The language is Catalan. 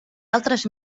altres